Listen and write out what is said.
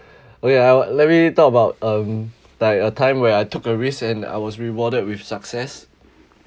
okay ah let me talk about um like a time where I took a risk and I was rewarded with success